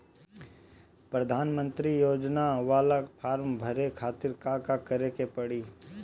प्रधानमंत्री योजना बाला फर्म बड़े खाति का का करे के पड़ी?